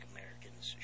Americans